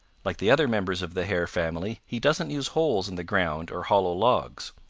like the other members of the hare family he doesn't use holes in the ground or hollow logs.